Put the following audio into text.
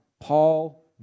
Paul